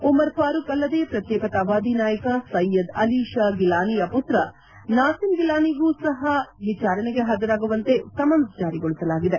ಉಮರ್ ಫಾರೂಖ್ ಅಲ್ಲದೇ ಪ್ರತ್ನೇಕತಾವಾದಿ ನಾಯಕ ಸೈಯದ್ ಅಲಿ ಷಾ ಗಿಲಾನಿಯ ಮತ್ರ ನಾಸೀಮ್ ಗಿಲಾನಿಗೂ ಸಹ ವಿಚಾರಣೆಗೆ ಹಾಜರಾಗುವಂತೆ ಸಮನ್ಸ್ ಜಾರಿಗೊಳಿಸಲಾಗಿದೆ